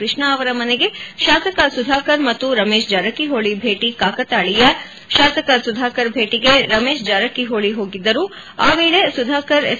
ಕೃಷ್ಣ ಅವರ ಮನೆಗೆ ಶಾಸಕ ಸುಧಾಕರ್ ಮತ್ತು ರಮೇಶ್ ಜಾರಕಿಹೊಳಿ ಭೇಟಿ ಕಾಕತಾಳೀಯ ಶಾಸಕ ಸುಧಾಕರ್ ಭೇಟಿಗೆ ರಮೇಶ್ ಜಾರಕಿಹೊಳಿ ಹೋಗಿದ್ದರು ಆ ವೇಳೆ ಸುಧಾಕರ್ ಎಸ್